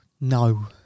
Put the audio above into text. no